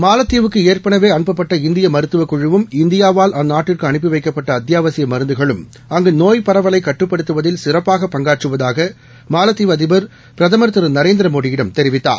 மாலத்தீவுக்கு ஏற்கனவே அனுப்பப்பட்ட இந்திய மருத்துவக் குழுவும் இந்தியாவால் அந்நாட்டுக்கு அனுப்பி வைக்கப்பட்ட அத்தியாவசிய மருந்துகளும் அங்கு நோய் பரவலைக் கட்டுப்படுத்துவதில் சிறப்பாக பங்காற்றுவதாக மாலத்தீவு அதிபர் பிரதமர் திரு நரேந்திர மோடியிடம் தெரிவித்தார்